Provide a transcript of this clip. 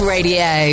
Radio